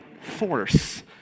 force